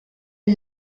est